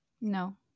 No